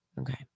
Okay